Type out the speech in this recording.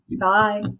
bye